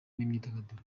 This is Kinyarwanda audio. n’imyidagaduro